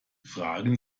fragen